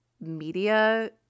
media